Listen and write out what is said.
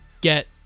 get